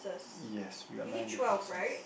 yes we got nine differences